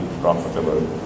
profitable